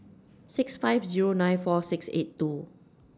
six five Zero nine four six eight two